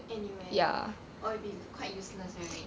anywhere or you will be quite useless right